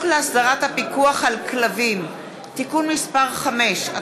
להסדרת הפיקוח על כלבים (תיקון מס' 5),